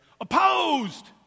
Opposed